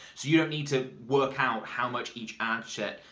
so you don't need to work out how much each ad set,